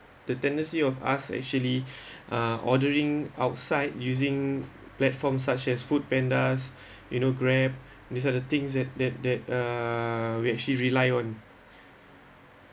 the tendency of us actually uh ordering outside using platforms such as FoodPanda you know Grab these are the things that that that uh we actually rely on